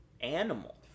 animal